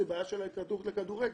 זו בעיה של ההתאחדות לכדורגל.